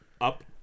up